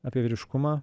apie vyriškumą